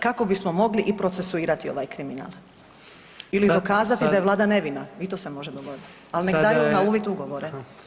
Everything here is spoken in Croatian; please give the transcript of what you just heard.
Kako bismo mogli i procesuirati ovaj kriminal ili dokazati da je Vlada nevina i to se može dogoditi, ali nek daju na uvid ugovore.